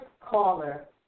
caller